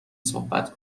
صحبت